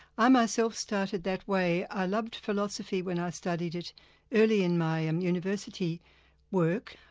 i myself started that way. i loved philosophy when i studied it early in my and university work.